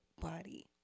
body